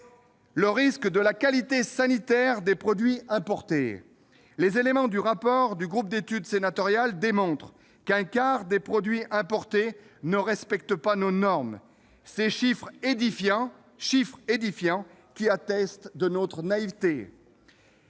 sur la qualité sanitaire des produits importés : les éléments du rapport du groupe d'études sénatorial démontrent qu'un quart des produits importés ne respecte pas nos normes, chiffre édifiant qui atteste de « notre » naïveté